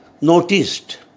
noticed